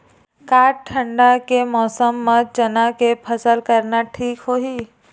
का ठंडा के मौसम म चना के फसल करना ठीक होही?